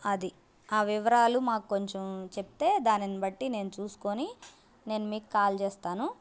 అది ఆ వివరాలు మాకు కొంచెం చెప్తే దానిని బట్టి నేను చూసుకోని నేను మీకు కాల్ చేస్తాను